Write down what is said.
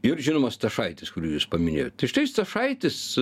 ir žinoma stašaitis kurį jūs paminėjot ir štai stašaitis